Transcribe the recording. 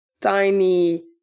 tiny